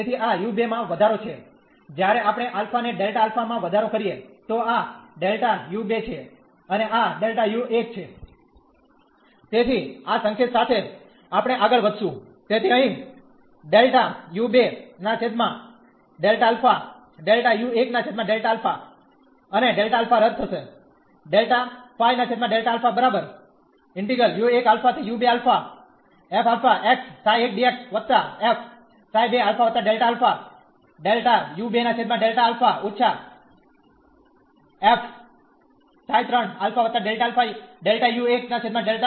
તેથી આ u2 માં વધારો છે જ્યારે આપણે α ને Δα માં વધારો કરીએ તો આ Δu2 છે અને આ Δu1છે